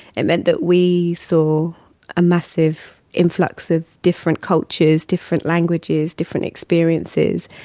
it meant that we saw a massive influx of different cultures, different languages, different experiences,